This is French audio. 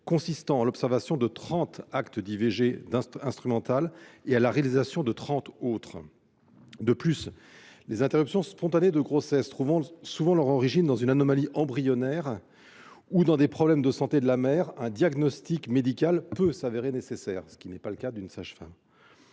consistant en l'observation de trente actes d'IVG instrumentale et en la réalisation de trente autres. Par ailleurs, les interruptions spontanées de grossesse trouvant souvent leur origine dans une anomalie embryonnaire ou dans des problèmes de santé de la mère, un diagnostic médical peut s'avérer nécessaire, ce que ne peut assurer une sage-femme.